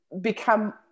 become